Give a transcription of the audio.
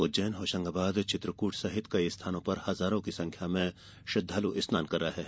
उज्जैन होषंगाबाद चित्रकूट आदि स्थानों पर हजारों की संख्या में श्रद्वालु स्थान कर रहे हैं